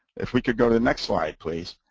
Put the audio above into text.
if we could go to the next slide, please.